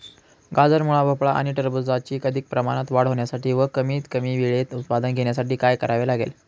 गाजर, मुळा, भोपळा आणि टरबूजाची अधिक प्रमाणात वाढ होण्यासाठी व कमीत कमी वेळेत उत्पादन घेण्यासाठी काय करावे लागेल?